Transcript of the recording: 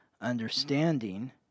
understanding